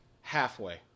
Halfway